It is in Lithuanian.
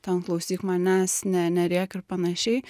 ten klausyk manęs ne nerėk ir panašiai